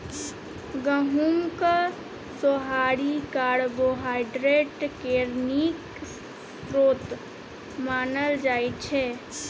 गहुँमक सोहारी कार्बोहाइड्रेट केर नीक स्रोत मानल जाइ छै